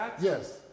Yes